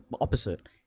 opposite